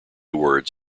words